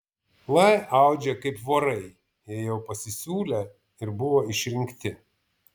lai audžia kaip vorai jei jau pasisiūlė ir buvo išrinkti